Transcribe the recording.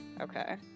Okay